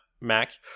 Mac